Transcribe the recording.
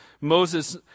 Moses